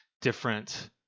different